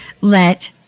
let